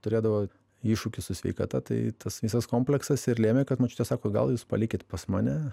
turėdavo iššūkį su sveikata tai tas visas kompleksas ir lėmė kad močiutė sako gal jūs palikit pas mane